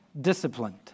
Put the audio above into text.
disciplined